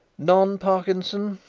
none, parkinson,